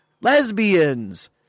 lesbians